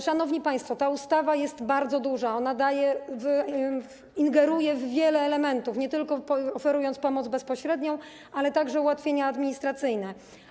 Szanowni państwo, ta ustawa jest bardzo duża, ona ingeruje w wiele elementów - oferuje nie tylko pomoc bezpośrednią, ale także ułatwienia administracyjne.